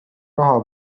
raha